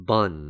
Bun